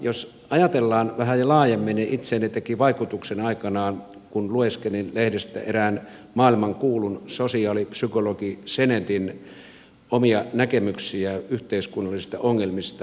jos ajatellaan vähän laajemmin niin itseeni teki vaikutuksen aikanaan kun lueskelin lehdestä erään maailmankuulun sosiaalipsykologi sennettin omia näkemyksiä yhteiskunnallisista ongelmista